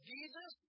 Jesus